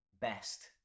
Best